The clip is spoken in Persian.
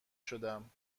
شدم